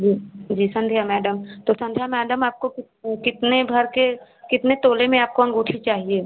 जी जी संध्या मैडम तो संध्या मैडम आपको कित कितने भर कर कितने तोले में आपको अंगूठी चाहिए